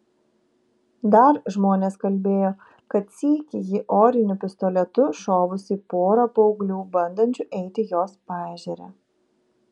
dar žmonės kalbėjo kad sykį ji oriniu pistoletu šovusi į porą paauglių bandančių eiti jos paežere